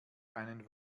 einen